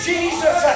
Jesus